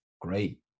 great